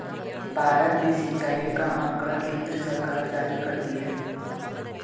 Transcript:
भारत में सिंचाई का आँकड़ा केन्द्र सरकार जारी करती है